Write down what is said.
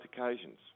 occasions